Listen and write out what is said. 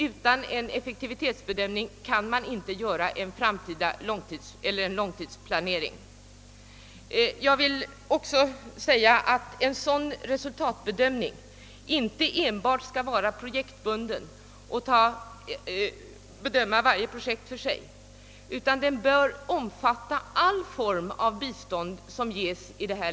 Utan en effektivitetsbedömning kan man inte göra en framtidsplanering. Jag vill också säga att vid en sådan resultatbedömning skall man inte enbart bedöma varje projekt för sig, utan den bör omfatta alla former av bistånd som ges.